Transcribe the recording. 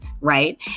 right